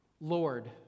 Lord